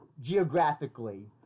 geographically